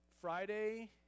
Friday